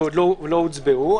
ולא הוצבעו.